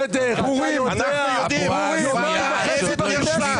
בסדר, אתה יודע, יומיים וחצי בכנסת.